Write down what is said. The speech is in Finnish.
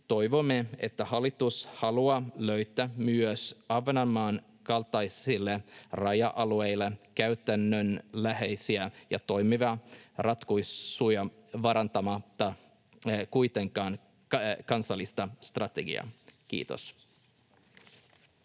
toivomme, että hallitus haluaa löytää myös Ahvenanmaan kaltaisille raja-alueille käytännönläheisiä ja toimivia ratkaisuja vaarantamatta kuitenkaan kansallista strategiaa. — Kiitos.